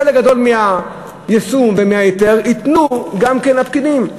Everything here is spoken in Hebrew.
חלק גדול מהיישום ומההיתר ייתנו גם כן הפקידים.